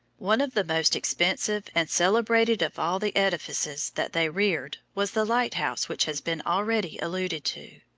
one of the most expensive and celebrated of all the edifices that they reared was the light-house which has been already alluded to.